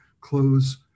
close